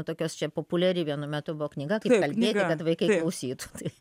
tokios čia populiari vienu metu buvo knyga kaip kalbėti kad vaikai klausytų tai